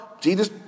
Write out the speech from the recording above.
Jesus